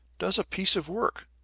does a piece of work,